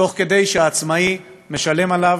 כשהעצמאי משלם עליהן.